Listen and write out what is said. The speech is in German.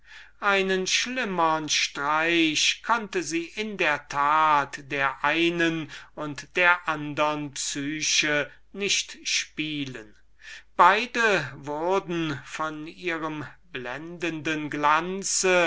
einen schlimmern streich konnte sie in der tat der einen und der andern psyche nicht spielen beide wurden von ihrem blendenden glanze